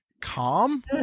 calm